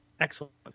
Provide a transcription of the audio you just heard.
Excellent